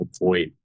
avoid